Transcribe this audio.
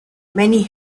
many